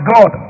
God